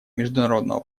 международно